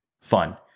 fun